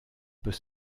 peut